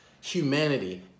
humanity